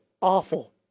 awful